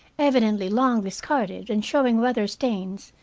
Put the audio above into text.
evidently long discarded and showing weather-stains,